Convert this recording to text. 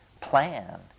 plan